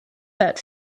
that